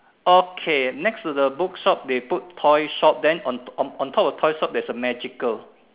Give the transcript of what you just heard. okay next to the book shop they put toy shop then on on on top of toy shop there is a magical